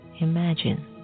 imagine